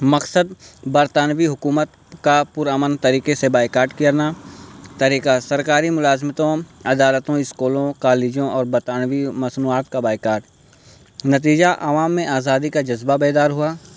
مقصد برطانوی حکومت کا پر امن طریقے سے بائیکاٹ کرنا طریقہ سرکاری ملازمتوں عدالتوں اسکولوں کالجوں اور برطانوی مصنوعات کا بائیکاٹ نتیجہ عوام میں آزادی کا جذبہ بیدار ہوا